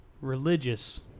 religious